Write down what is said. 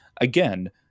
Again